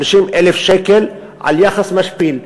30,000 שקל על יחס משפיל.